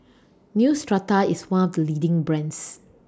Neostrata IS one of The leading brands